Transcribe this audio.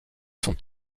sont